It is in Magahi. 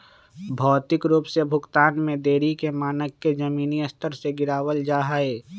भौतिक रूप से भुगतान में देरी के मानक के जमीनी स्तर से गिरावल जा हई